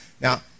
Now